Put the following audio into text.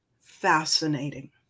fascinating